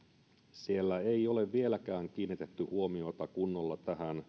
siellä ei ole vieläkään kiinnitetty huomiota kunnolla tähän